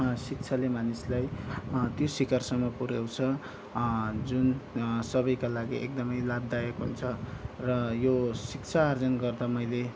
शिक्षाले मानिसलाई त्यो शिखरसम्म पुर्याउँछ जुन सबैका लागि एकदमै लाभदायक हुन्छ र यो शिक्षा आर्जन गर्दा मैले